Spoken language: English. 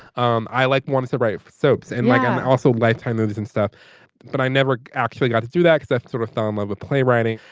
um i like wanted to write soaps and like also lifetime movies and stuff but i never actually got to do that except sort of thumb of but playwriting.